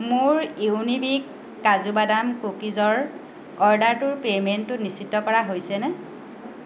মোৰ ইউনিবিক কাজু বাদাম কুকিজৰ অৰ্ডাৰটোৰ পে'মেণ্টটো নিশ্চিত কৰা হৈছেনে